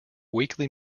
weekly